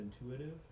intuitive